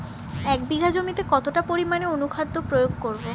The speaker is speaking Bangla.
এক বিঘা জমিতে কতটা পরিমাণ অনুখাদ্য প্রয়োগ করব?